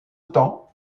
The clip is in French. temps